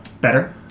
Better